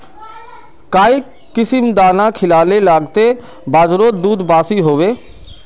काई किसम दाना खिलाले लगते बजारोत दूध बासी होवे?